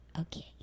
Okay